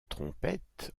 trompettes